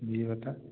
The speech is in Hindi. जी बताएँ